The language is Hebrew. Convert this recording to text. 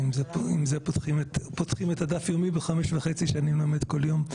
עם זה פותחים את הדף היומי ב-05:30 כשאני מלמד כל יום,